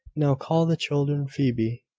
now call the children, phoebe.